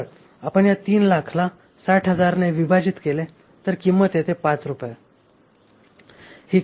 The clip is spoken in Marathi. तर आपण ह्या 300000 ला 60000 ने विभाजित केले तर किंमत येते 5 रुपये